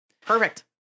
Perfect